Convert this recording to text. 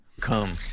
Come